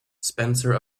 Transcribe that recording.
spencer